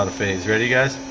and fades ready guys